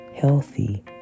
Healthy